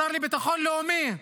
השר לביטחון לאומי,